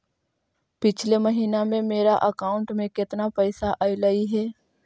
पिछले महिना में मेरा अकाउंट में केतना पैसा अइलेय हे?